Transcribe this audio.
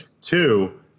Two